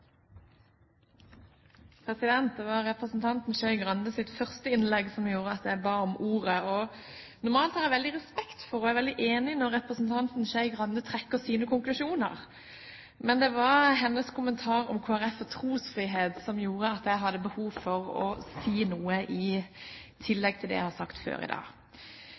Skei Grandes første innlegg som gjorde at jeg ba om ordet. Normalt har jeg veldig respekt for henne, og jeg er veldig enig når representanten Skei Grande trekker sine konklusjoner. Men det var hennes kommentar om Kristelig Folkeparti og trosfrihet som gjorde at jeg hadde behov for å si noe i tillegg til det jeg har sagt før i dag.